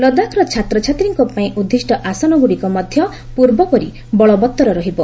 ଲଦାଖର ଛାତ୍ରଙ୍କ ପାଇଁ ଉଦିଷ୍ଟ ଆସନ ଗୁଡିକ ମଧ୍ୟ ପୂର୍ବପରି ବଳବତ୍ତର ରହିବ